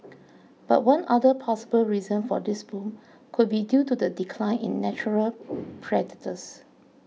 but one other possible reason for this boom could be due to the decline in natural predators